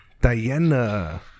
Diana